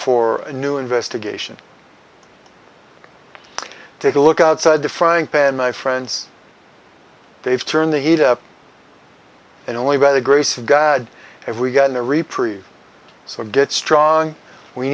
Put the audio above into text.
a new investigation take a look outside the frying pan my friends they've turned the heat up and only by the grace of god if we got in a reprieve so get strong we